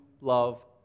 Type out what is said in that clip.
love